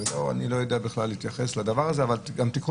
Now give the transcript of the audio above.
אני לא יודע בכלל להתייחס לדבר הזה אבל גם תיקחו